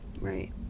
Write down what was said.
Right